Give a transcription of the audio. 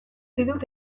ditut